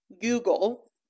google